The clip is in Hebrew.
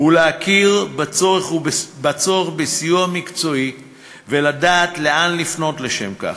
ולהכיר בצורך בסיוע מקצועי ולדעת לאן לפנות לשם כך,